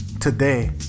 today